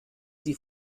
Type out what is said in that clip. die